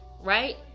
right